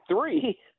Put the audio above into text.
three